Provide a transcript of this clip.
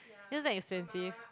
isn't that expensive